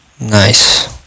Nice